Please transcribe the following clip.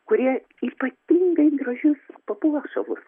kurie ypatingai gražius papuošalus